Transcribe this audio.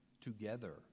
together